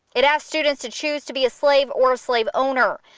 it asks students to choose to be a slave or a slave owner.